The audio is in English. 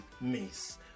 miss